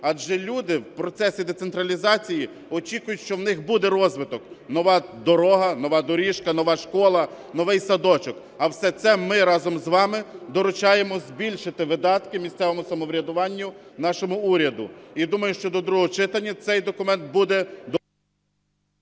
адже люди в процесі децентралізації очікують, що у них буде розвиток: нова дорога, нова доріжка, нова школа, новий садочок. А все це ми разом з вами доручаємо збільшити видатки місцевому самоврядуванню нашому уряду. І я думаю, що до другого читання цей документ буде…